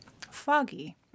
Foggy